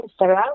Instagram